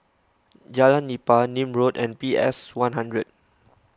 Jalan Nipah Nim Road and P S one hundred